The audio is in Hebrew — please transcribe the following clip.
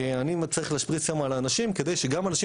אני צריך להשפריץ שם על האנשים כדי שגם אנשים